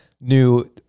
new